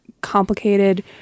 complicated